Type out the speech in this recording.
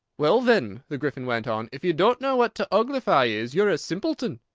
well, then, the gryphon went on, if you don't know what to uglify is, you are a simpleton.